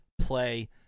play